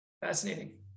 fascinating